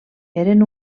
eren